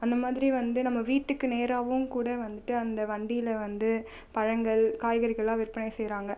அந்த மாதிரி வந்து நம்ம வீட்டுக்கு நேராகவும் கூட வந்துட்டு அந்த வண்டியில் வந்து பழங்கள் காய்கறிகளெலாம் விற்பனை செய்கிறாங்க